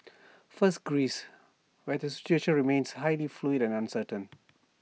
first Greece where the situation remains highly fluid and uncertain